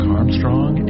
Armstrong